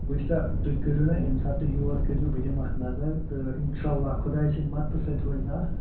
وُچھ سا تُہۍ کٔرِو نا ییٚمہِ ساتہٕ تُہۍ یور کٔرِو بہٕ دِمہٕ اَتھ نظر تہٕ اِنشااللہ خۄدایہِ سٕنٛدِ مدتہٕ سۭتۍ روزِ نہٕ اَتھ